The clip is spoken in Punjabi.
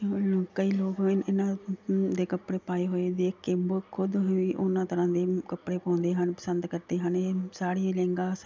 ਕਿਉਂ ਉਹਨੂੰ ਕਈ ਲੋਕ ਇਨ ਇੰਨਾ ਦੇ ਕੱਪੜੇ ਪਾਏ ਹੋਏ ਦੇਖ ਕੇ ਖੁਦ ਹੀ ਉਨ੍ਹਾਂ ਤਰ੍ਹਾਂ ਦੇ ਕੱਪੜੇ ਪਾਉਂਦੇ ਹਨ ਪਸੰਦ ਕਰਦੇ ਹਨ ਇਹ ਸਾੜੀ ਲਹਿੰਗਾ ਸਾ